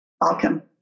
Welcome